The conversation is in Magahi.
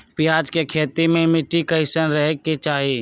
प्याज के खेती मे मिट्टी कैसन रहे के चाही?